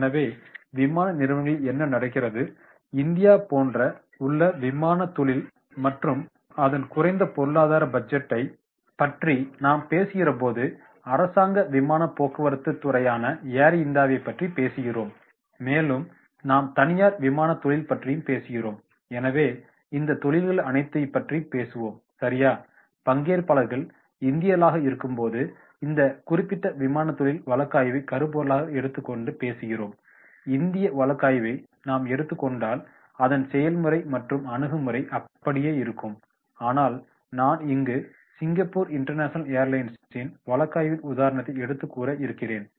எனவே விமான நிறுவனங்களில் என்ன நடக்கிறது இந்தியா போன்ற நாட்டில் உள்ள விமானத் தொழில் மற்றும் அதன் குறைந்த பொருளாதார பட்ஜெட்டை பற்றி நாம் பேசுகிறபோது அரசாங்க விமானப் போக்குவரத்துத் துறையான ஏர் இந்தியாவைப் பற்றி பேசுகிறோம் மேலும் நாம் தனியார் விமானத் தொழில் பற்றியும் பேசுகிறோம் எனவே இந்தத் தொழில்கள் அனைத்தை பற்றியும் பேசுவோம் சரியா பங்கேற்பாளர்கள் இந்தியர்களாக இருக்கும்போது இந்த குறிப்பிட்ட விமானத் தொழில் வழக்காய்வை கருப்பொருளாக எடுத்துக்கொண்டு பேசுகிறோம் இந்திய வழக்காய்வை நாம் எடுத்துக்கொண்டால் அதன் செயல்முறை மற்றும் அணுகுமுறை அப்படியே இருக்கும் ஆனால் நான் இங்கு சிங்கப்பூர் இன்டர்நேஷனல் ஏர்லைன்ஸின் வழக்காய்வின் உதாரணத்தை எடுத்து கூறயிருக்கிறேன்